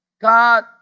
God